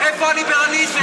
איפה הליברליזם?